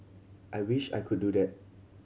I wish I could do that